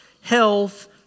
health